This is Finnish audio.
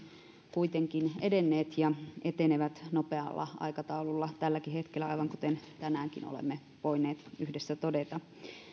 kuitenkin edenneet ja etenevät nopealla aikataululla tälläkin hetkellä aivan kuten tänäänkin olemme voineet yhdessä todeta